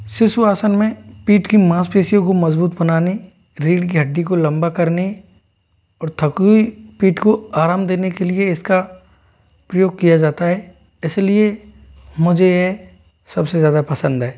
शिशु आसन में पीठ की मांसपेशियों को मज़बूत बनाने रीड़ की हड्डी को लम्बा करने और थकी हुई पीठ को आराम देने के लिए इसका प्रयोग किया जाता है इसलिए मुझे यह सबसे ज़्यादा पसंद है